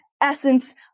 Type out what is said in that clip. essence